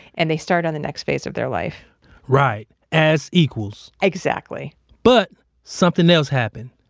and they start on the next phase of their life right. as equals exactly but, something else happened.